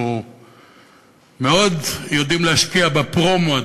אנחנו מאוד יודעים להשקיע בפרומו,